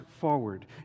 forward